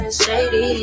shady